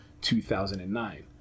2009